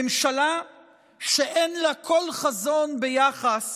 ממשלה שאין לה כל חזון ביחס